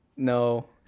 No